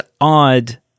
odd